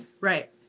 right